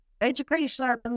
education